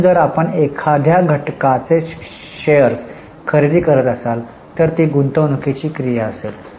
म्हणून जर आपण एखाद्या घटकाचे शेअर्स खरेदी करत असाल तर ती गुंतवणूकीची क्रिया असेल